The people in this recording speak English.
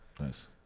Nice